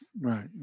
right